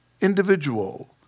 individual